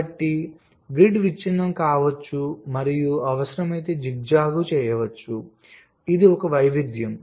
కాబట్టి గ్రిడ్ విచ్ఛిన్నం కావచ్చు మరియు అవసరమైతే జిగ్జాగ్ చేయవచ్చు ఇది ఒక వైవిధ్యం